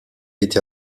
été